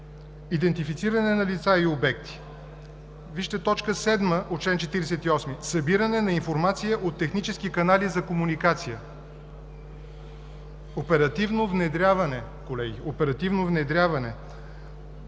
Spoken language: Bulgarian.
Идентифициране на лица и обекти. Вижте т. 7 от чл. 48 – събиране на информация от технически канали за комуникация! Оперативно внедряване,